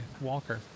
Walker